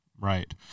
Right